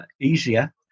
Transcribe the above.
easier